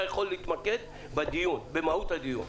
אתה יכול להתמקד במהות הדיון.